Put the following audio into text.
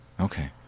Okay